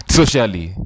socially